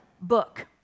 book